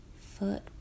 foot